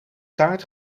taart